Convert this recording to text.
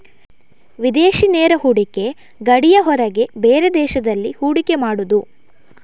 ವಿದೇಶಿ ನೇರ ಹೂಡಿಕೆ ಗಡಿಯ ಹೊರಗೆ ಬೇರೆ ದೇಶದಲ್ಲಿ ಹೂಡಿಕೆ ಮಾಡುದು